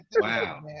Wow